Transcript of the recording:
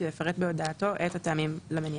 ויפרט בהודעתו את הטעמים למניעה.